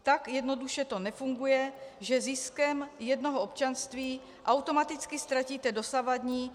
Tak jednoduše to nefunguje, že ziskem jednoho občanství automaticky ztratíte dosavadní.